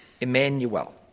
Emmanuel